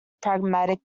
pragmatic